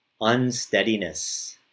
unsteadiness